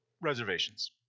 reservations